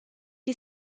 die